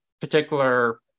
particular